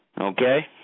Okay